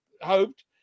hoped